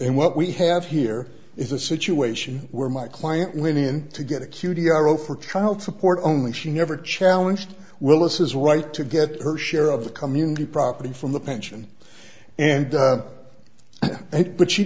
and what we have here is a situation where my client linnean to get a q t r zero for child support only she never challenged willis's right to get her share of the community property from the pension and what she